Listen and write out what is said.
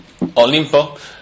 Olimpo